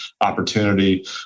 opportunity